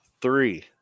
Three